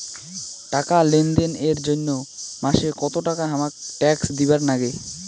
টাকা লেনদেন এর জইন্যে মাসে কত টাকা হামাক ট্যাক্স দিবার নাগে?